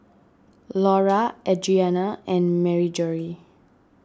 Lura Audriana and Marjorie